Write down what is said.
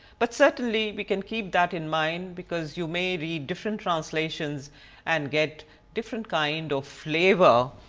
but certainly, we can keep that in mind because you may read different translations and get different kind of flavor.